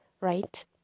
right